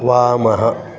वामः